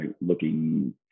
looking